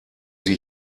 sie